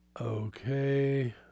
Okay